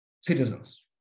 citizens